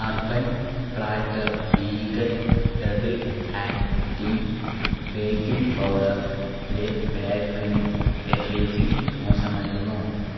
urban platter vegan double acting baking പൗഡറിന്റെ packing packaging മോശമായിരുന്നു